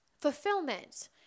Fulfillment